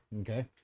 Okay